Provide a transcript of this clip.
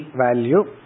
value